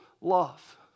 love